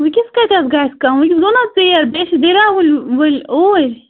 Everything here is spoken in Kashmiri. ؤنکٮ۪س کَتہِ حظ گژھ کم وُنک۪س گوٚو نا حظ ژیر بیٚیہِ چھُ گِراوُن ؤلۍ اوٗرۍ